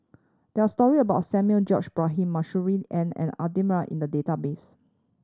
there are story about Samuel George Bonham Masuri N and Adan in the database